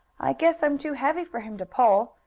i guess i'm too heavy for him to pull,